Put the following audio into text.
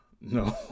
No